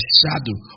shadow